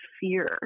fear